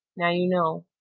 now you know.